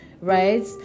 right